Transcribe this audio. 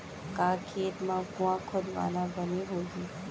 का खेत मा कुंआ खोदवाना बने होही?